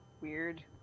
weird